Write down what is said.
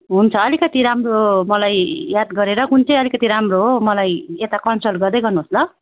हुन्छ अलिकति राम्रो मलाई याद गरेर कुन चाहिँ अलिकति राम्रो हो मलाई यता कन्सल्ट गर्दै गर्नुहोस् ल